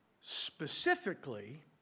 Specifically